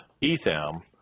Etham